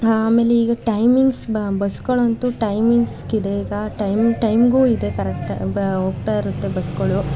ಆಮೆಲೆ ಈಗ ಟೈಮಿಂಗ್ಸ್ ಬ ಬಸ್ಗಳಂತೂ ಟೈಮಿಂಗ್ಸ್ಗಿದೆ ಈಗ ಟೈಮ್ ಟೈಮ್ಗೂ ಇದೆ ಕರೆಕ್ಟಾಗಿ ಬ ಹೋಗ್ತಾ ಇರುತ್ತೆ ಬಸ್ಗಳು